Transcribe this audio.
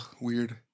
weird